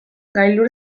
gailur